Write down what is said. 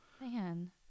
man